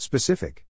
Specific